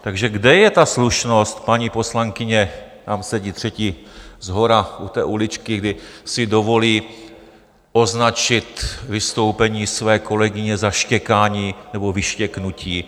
Takže kde je ta slušnost, paní poslankyně tam sedí třetí shora u té uličky když si dovolí označit vystoupení své kolegyně za štěkání nebo vyštěknutí.